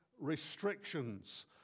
restrictions